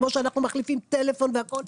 כמו שאנחנו מחליפים טלפון והכול,